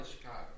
Chicago